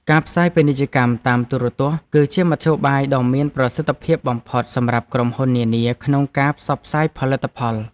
ការផ្សាយពាណិជ្ជកម្មតាមទូរទស្សន៍ គឺជាមធ្យោបាយដ៏មានប្រសិទ្ធភាពបំផុតសម្រាប់ក្រុមហ៊ុននានាក្នុងការផ្សព្វផ្សាយផលិតផល។